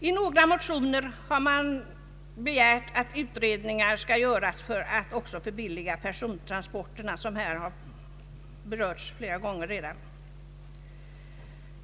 I några motioner har begärts att utredningar skall göras för att också förbilliga persontransporterna, som här redan har berörts flera gånger.